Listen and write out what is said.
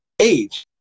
age